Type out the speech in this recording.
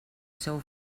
seu